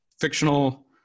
fictional